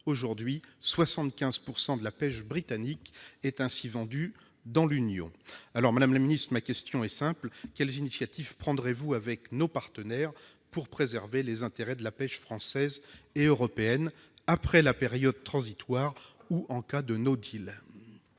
Aujourd'hui 75 % de la pêche britannique est vendue dans l'Union. Madame la ministre, ma question est simple : quelles initiatives prendrez-vous avec vos partenaires pour préserver les intérêts de la pêche française et européenne, après la période transitoire ou en cas de «?